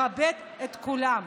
לכבד את כולם.